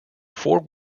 four